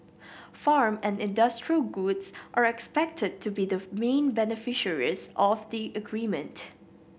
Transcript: farm and industrial goods are expected to be the main beneficiaries of the agreement